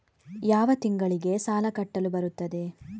ಯಾವ ತಿಂಗಳಿಗೆ ಸಾಲ ಕಟ್ಟಲು ಬರುತ್ತದೆ?